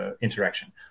interaction